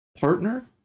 partner